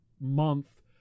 month